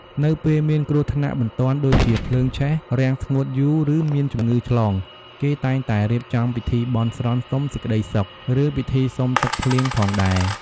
នៅពេលមានគ្រោះថ្នាក់បន្ទាន់ ដូចជាភ្លើងឆេះ រាំងស្ងួតយូរ ឬមានជំងឺឆ្លង គេតែងតែរៀបចំពិធីបន់ស្រន់សុំសេចក្តីសុខឬពិធីសុំទឹកភ្លៀងផងដែរ។